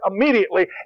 immediately